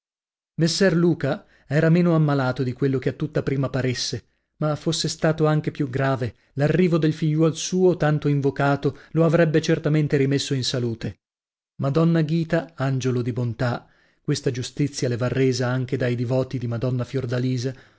messer luca era meno ammalato di quello che a tutta prima paresse ma fosse stato anche più grave l'arrivo del figliuol suo tanto invocato lo avrebbe certamente rimesso in salute madonna ghita angiolo di bontà